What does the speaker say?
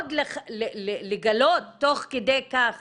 ועוד לגלות תוך כדי כך